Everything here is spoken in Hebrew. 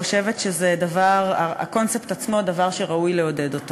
חושבת שהקונספט עצמו הוא דבר שראוי לעודד.